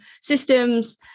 systems